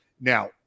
Now